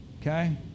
Okay